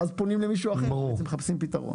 ואז פונים למישהו אחר ובעצם מחפשים פיתרון.